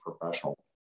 professional